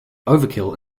overkill